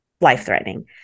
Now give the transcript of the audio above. life-threatening